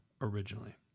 originally